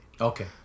Okay